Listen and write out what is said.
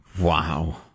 Wow